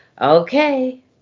okay